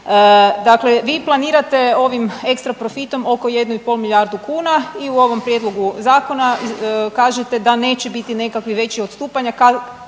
Dakle, vi planirate ovim ekstra profitom oko jednu i pol milijardu kuna i u ovom prijedlogu zakona kažete da neće biti nekakvih većih odstupanja